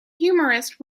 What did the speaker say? humorist